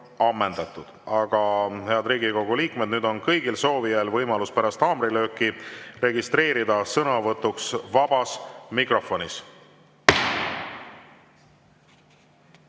ammendatud. Aga, head Riigikogu liikmed, nüüd on kõigil soovijail võimalus pärast haamrilööki registreerida end sõnavõtuks vabas mikrofonis.